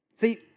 See